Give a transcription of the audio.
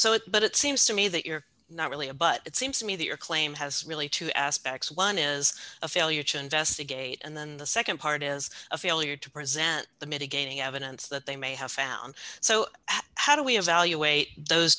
so it but it seems to me that you're not really a but it seems to me that your claim has really two aspects one is a failure to investigate and then the nd part is a failure to present the mitigating evidence that they may have found so how do we evaluate those